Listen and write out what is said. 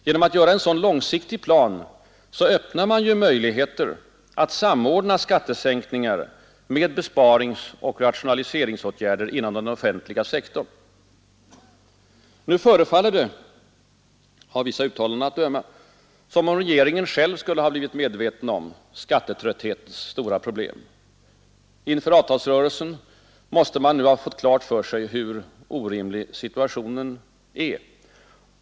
Genom att göra en sådan långsiktig plan öppnar man möjligheter att samordna skattesänkningar med besparingsoch rationaliseringsåtgärder inom den offentliga sektorn. Av vissa uttalanden att döma har regeringen äntligen själv blivit medveten om skattetrötthetens stora problem. För avtalsrörelsen måste man nu ha fått klart för sig hur orimlig situationen är.